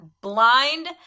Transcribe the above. Blind